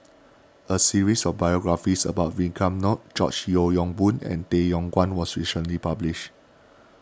a series of biographies about Vikram Nair George Yeo Yong Boon and Tay Yong Kwang was recently published